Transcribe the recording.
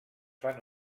fan